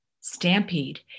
Stampede